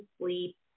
sleep